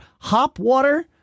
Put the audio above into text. Hopwater